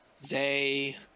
zay